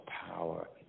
power